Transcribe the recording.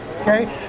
okay